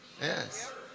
Yes